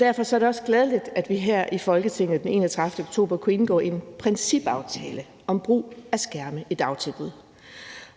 Derfor er det også glædeligt, at vi her i Folketinget den 31. oktober kunne indgå en principaftale om brug af skærme i dagtilbud.